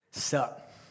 Sup